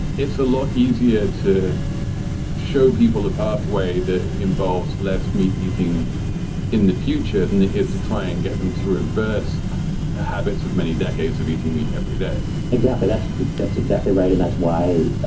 it's a lot easier to show people a pathway that involves less meat eating in the future than it is to try and get them to reverse the habits of many decades of eating meat every day exactly. that's that's exactly right. and that's why